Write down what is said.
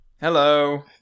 Hello